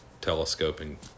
telescoping